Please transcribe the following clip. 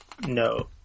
No